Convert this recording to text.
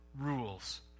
rules